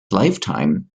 lifetime